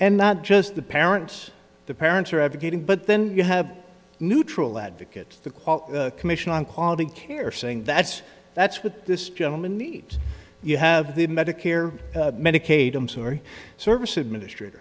and not just the parents the parents are advocating but then you have neutral advocates the call commission on quality care saying that's that's what this gentleman needs you have the medicare medicaid i'm sorry service administrat